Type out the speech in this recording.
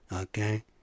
Okay